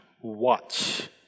watch